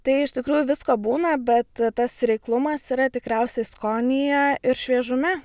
tai iš tikrųjų visko būna bet tas reiklumas yra tikriausiai skonyje ir šviežume